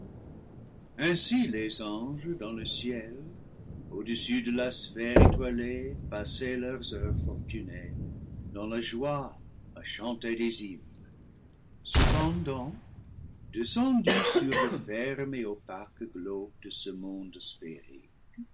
ainsi les anges dans le ciel au-dessus de la sphère étoilée passaient leurs heures fortunées dans la joie à chanter des hymnes cependant descendu sur le ferme et opaque globe de ce monde sphérique